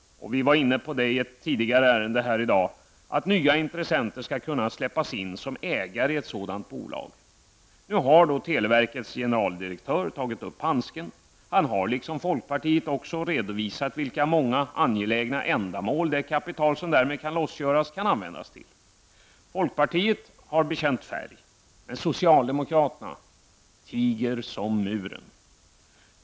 Vi var vid behandlingen av ett tidigare ärende i dag inne på att nya intressenter skall kunna släppas in som ägare i ett sådant bolag. Nu har televerkets generaldirektör tagit upp handsken. Han har, liksom folkpartiet, också redovisat vilka många möjliga angelägna ändamål det kapital som därmed kan lossgöras kan användas till. Folkpartiet har bekänt färg. Men socialdemokraterna tiger som muren.